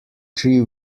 three